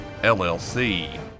LLC